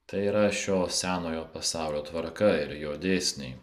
tai yra šio senojo pasaulio tvarka ir jo dėsniai